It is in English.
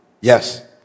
Yes